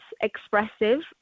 expressive